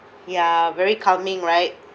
ya very calming right